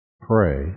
pray